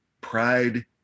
pride